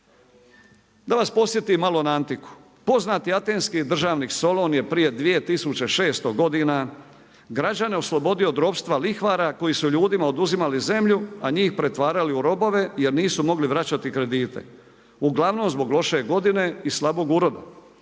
Da vas podsjetim malo na antiku. Poznati atenski državnik Solon je prije 2600 godina građane oslobodio od ropstva lihvara koji su ljudima oduzimali zemlju, a njih pretvarali u robove jer nisu mogli vraćati kredite, uglavnom zbog loše godine i slabog uroda.